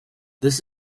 this